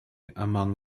among